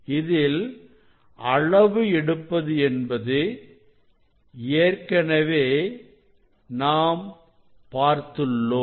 இதில் அளவு எடுப்பது எப்படி என்று ஏற்கனவே நாம் பார்த்துள்ளோம்